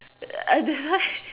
uh that's why